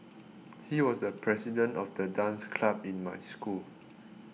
he was the president of the dance club in my school